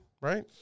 Right